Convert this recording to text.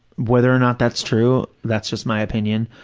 whether or not that's true, that's just my opinion.